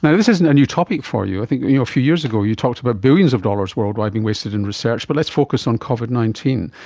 so this isn't a new topic for you. i think you know a few years ago you talked about billions of dollars worldwide being wasted on and research. but let's focus on covid nineteen.